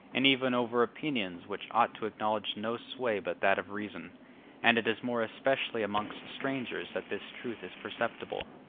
and even over opinions which ought to acknowledge no sway but that of reason and it is more especially amongst strangers that this truth is perceptible.